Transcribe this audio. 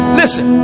listen